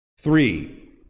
Three